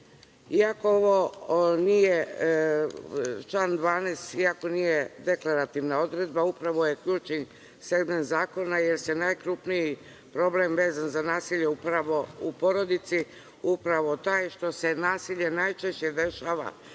Iako ovo nije član 12. iako nije deklarativna odredba upravo je ključ zakona jer se najkrupniji problem vezan za nasilje u porodici, upravo taj što se nasilje najčešće dešava